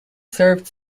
served